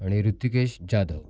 आणि ऋतिकेश जाधव